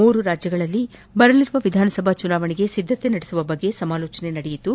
ಮೂರು ರಾಜ್ಯಗಳಲ್ಲಿ ಬರಲಿರುವ ವಿಧಾನಸಭಾ ಚುನಾವಣೆಗೆ ಸಿದ್ದತೆ ನಡೆಸುವ ಕುರಿತಂತೆ ಸಮಾಲೋಚನೆ ನಡೆಯಿತು